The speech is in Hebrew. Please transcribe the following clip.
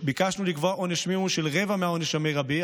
ביקשנו לקבוע עונש מינימום של רבע מהעונש המרבי,